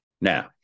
Now